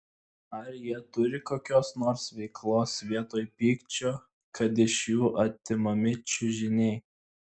ar jie turi kokios nors veiklos vietoj pykčio kad iš jų atimami čiužiniai